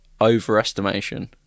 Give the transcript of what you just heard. overestimation